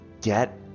get